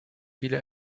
viele